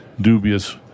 dubious